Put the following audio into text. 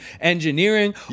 engineering